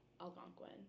Algonquin